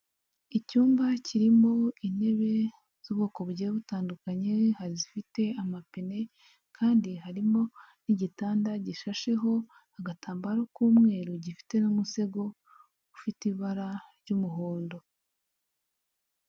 Icyumba kirimo intebe z'ubwoko bugiye butandukanye, hari izifite amapine kandi harimo n'igitanda gishasheho agatambaro k'umweru, gifite n'umusego ufite ibara ry'umuhondo.